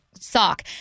sock